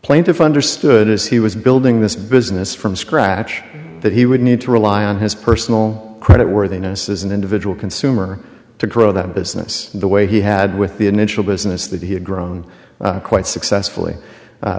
plaintiff understood as he was building this business from scratch that he would need to rely on his personal credit worthiness as an individual consumer to grow that business the way he had with the initial business that he had grown quite successfully